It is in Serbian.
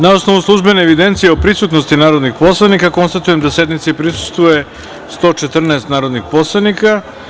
Na osnovu službene evidencije o prisutnosti narodnih poslanika, konstatujem da sednici prisustvuje 114 narodnih poslanika.